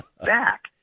back